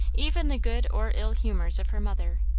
even the good or ill humours of her mother,